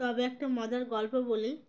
তবে একটা মজার গল্প বলি